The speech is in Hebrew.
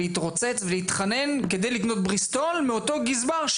להתרוצץ ולהתחנן כדי לקנות בריסטול מאותו גזבר?